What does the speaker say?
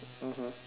mmhmm